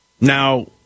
Now